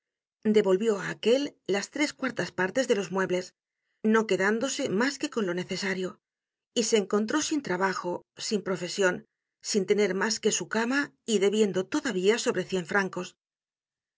devolvió á aquel las tres cuartas partes de los muebles no quedándose mas que con lo necesario y se encontró sin trabajo sin profesion sin tener mas que su cama y debiendo todavía sobre cien francos